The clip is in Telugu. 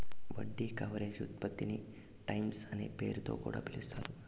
వడ్డీ కవరేజ్ ఉత్పత్తిని టైమ్స్ అనే పేరుతొ కూడా పిలుస్తారు